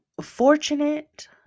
fortunate